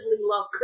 love